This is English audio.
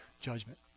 judgment